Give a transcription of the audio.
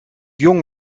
jong